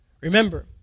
Remember